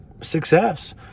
success